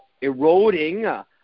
eroding